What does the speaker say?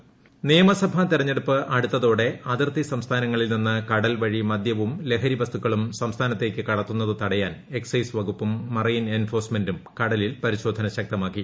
അതിർത്തി പരിശോധന നിയമസഭാ തെരഞ്ഞെടുപ്പ് അടുത്തോടെ അതിർത്തി സംസ്ഥാനങ്ങളിൽ നിന്ന് കടൽ വഴി മദൃവും ലഹരി വസ്തുക്കളും സംസ്ഥാനത്തേക്ക് കടത്തുന്നത് തടയാൻ ് എക്സൈസ് വകുപ്പും മറൈൻ എൻഫോഴ്സ്മെന്റും കടലിൽ പ്പര്ിശോധന ശക്തമാക്കി